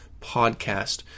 podcast